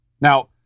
Now